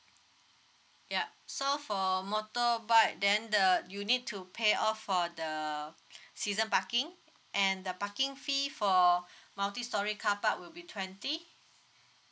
yup so for motorbike then the you need to pay off for the season parking and the parking fee for multi storey carpark will be twenty